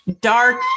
dark